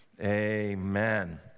amen